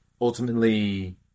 ultimately